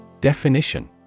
Definition